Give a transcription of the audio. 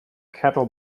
kettle